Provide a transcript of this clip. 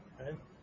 Okay